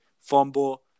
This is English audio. fumble